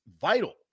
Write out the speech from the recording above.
vital